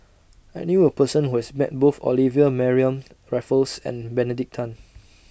I knew A Person Who has Met Both Olivia Mariamne Raffles and Benedict Tan